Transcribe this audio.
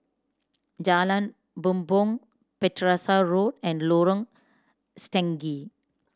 Jalan Bumbong Battersea Road and Lorong Stangee